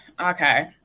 okay